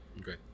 Okay